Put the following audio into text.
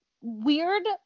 weird